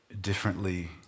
differently